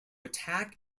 attack